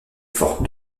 forte